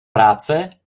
práce